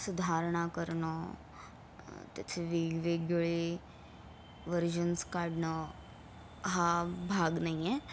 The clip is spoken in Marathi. सुधारणा करणं त्याचे वेगवेगळे वर्जन्स काढणं हा भाग नाही आहे